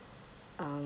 um